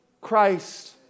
Christ